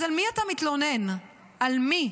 אז על מי אתה מתלונן, על מי,